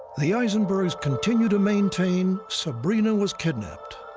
the aisenbergs continue to maintain, sabrina was kidnapped.